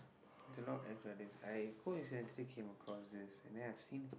it's a lot I coincidentally came across this and then I've seen